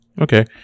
okay